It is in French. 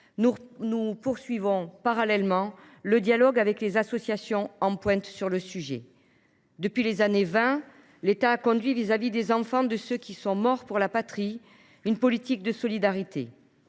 nous poursuivons parallèlement le dialogue avec les associations. Depuis les années 1920, l’État a conduit, vis à vis des enfants de ceux qui sont morts pour la patrie, une politique de solidarité.